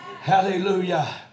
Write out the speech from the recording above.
hallelujah